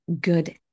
good